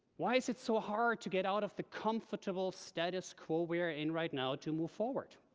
why is it so hard to get out of the comfortable status quo we are in right now to move forward?